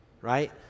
Right